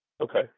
Okay